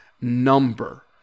number